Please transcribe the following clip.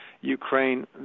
Ukraine